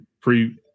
pre